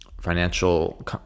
Financial